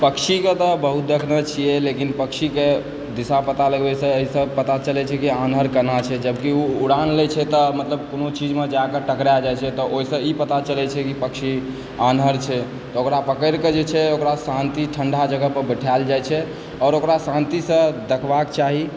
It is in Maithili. पक्षीके तऽ बहुत देखने छियै लेकिन पक्षीके दिशा पता लगबयसँ एहिसँ पता चलैत छै कि आन्हर कनाह केना है जबकि ओ उड़ान लैत छै तऽ मतलब कोनो चीजमे जाके टकरा जाइत छै तऽ ओहिसँ ई पता चलैत छै कि कोन पक्षी आन्हर छै ओकरा पकड़िके जे छै ओकरा शान्ति ठण्डा जगह पर बैठाओल जाइत छै आओर ओकरा शान्तिसँ देखबाक चाही